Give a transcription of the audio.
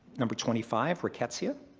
number twenty five rickettsia.